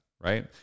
right